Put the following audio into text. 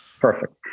Perfect